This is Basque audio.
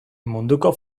munduko